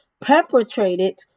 perpetrated